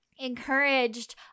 Encouraged